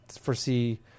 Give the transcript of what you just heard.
foresee